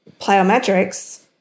plyometrics